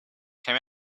came